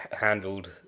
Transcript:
handled